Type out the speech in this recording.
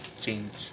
Change